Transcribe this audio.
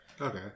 okay